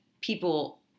people